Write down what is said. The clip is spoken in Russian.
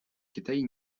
китай